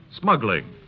smuggling